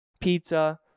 pizza